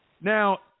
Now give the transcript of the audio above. Now